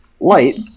light